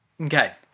Okay